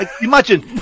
Imagine